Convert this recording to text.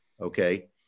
Okay